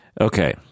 Okay